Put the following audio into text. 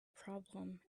problem